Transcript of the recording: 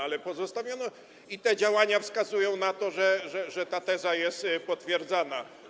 Ale pozostawiono... i te działania wskazują na to, że ta teza jest potwierdzana.